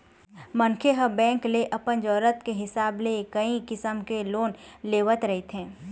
मनखे ह बेंक ले अपन जरूरत के हिसाब ले कइ किसम के लोन लेवत रहिथे